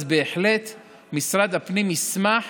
אז בהחלט משרד הפנים ישמח